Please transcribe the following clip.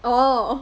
oh